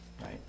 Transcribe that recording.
right